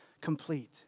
complete